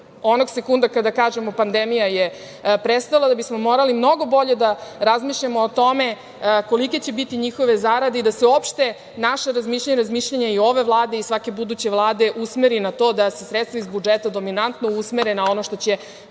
onog sekunda kada kažemo da je pandemija prestala, da bismo morali mnogo bolje da razmišljamo o tome kolike će biti njihove zarade i da se uopšte naša razmišljanja, razmišljanja i ove Vlade i svake buduće Vlade usmeri na to da se sredstva iz budžeta dominantno usmere na jednu od